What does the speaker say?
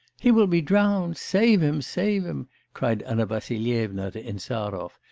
he will be drowned, save him! save him cried anna vassilyevna to insarov,